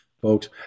folks